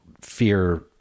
fear